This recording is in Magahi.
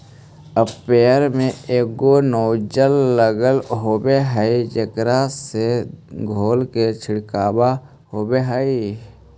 स्प्रेयर में एगो नोजल लगल होवऽ हई जेकरा से धोल के छिडकाव होवऽ हई